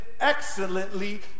excellently